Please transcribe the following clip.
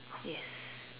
yes